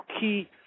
key